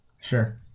Sure